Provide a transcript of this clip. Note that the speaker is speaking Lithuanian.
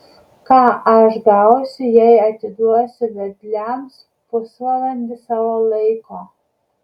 ką aš gausiu jei atiduosiu vedliams pusvalandį savo laiko